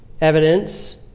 evidence